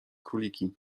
króliki